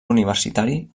universitari